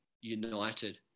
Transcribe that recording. united